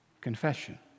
confession